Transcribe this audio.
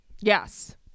Yes